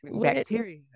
bacteria